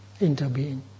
interbeing